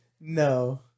No